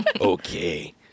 Okay